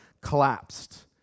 collapsed